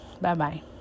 Bye-bye